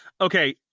Okay